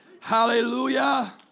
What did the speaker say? hallelujah